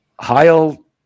Heil